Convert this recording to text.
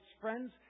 Friends